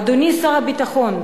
אדוני שר הביטחון,